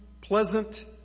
pleasant